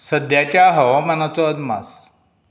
सद्याच्या हवामानाचो अदमास